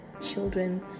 children